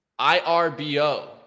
IRBO